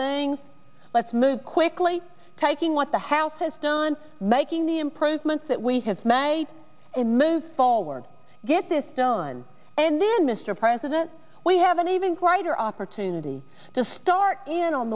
things let's move quickly taking what the house has done making the improvements that we has my images forward get this done and then mr president we have an even greater opportunity to start in on